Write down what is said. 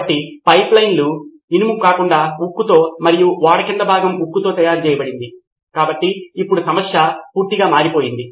కాబట్టి పైపులైన్లు ఇనుము కాకుండా ఉక్కుతో మరియు ఓడ యొక్క క్రింద భాగం ఉక్కుతో తయారు చేయబడింది కాబట్టి ఇప్పుడు సమస్య పూర్తిగా మారిపోయింది